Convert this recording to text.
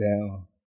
down